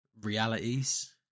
realities